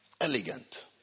Elegant